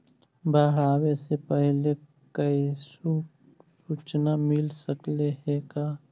बाढ़ आवे से पहले कैसहु सुचना मिल सकले हे का?